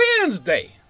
Wednesday